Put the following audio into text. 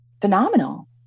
phenomenal